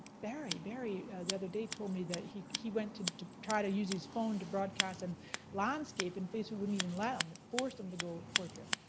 barry, barry, the other day told me that he he went to to try to use his phone to broadcast a and landscape, and facebook wouldn't even let him, they forced him to go portrait.